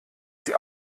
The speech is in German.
sie